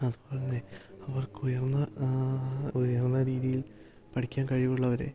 അതുപോലെതന്നെ അവർക്കുയർന്ന ഉയർന്ന രീതിയിൽ പഠിക്കാൻ കഴിവുള്ളവരെ